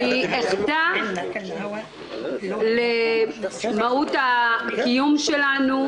אני אחטא למהות הקיום שלנו,